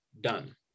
done